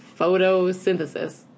Photosynthesis